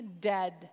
dead